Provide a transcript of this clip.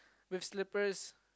with slippers